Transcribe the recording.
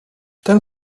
ten